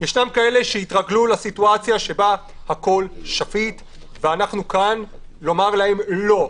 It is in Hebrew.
יש כאלה שהתרגלו לסיטואציה שבה הכול שפיט ואנחנו כאן לומר להם לא,